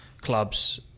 clubs